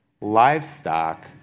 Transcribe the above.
Livestock